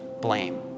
blame